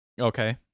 Okay